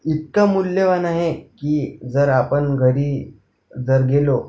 इतका मूल्यवान आहे की जर आपण घरी जर गेलो